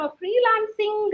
freelancing